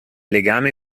legame